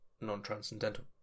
non-transcendental